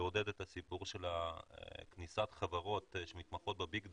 לעודד את הסיפור של כניסת חברות שמתמחות בביג דאטה,